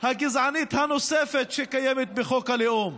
הגזענית הנוספת שקיימת בחוק הלאום.